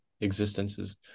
existences